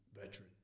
veteran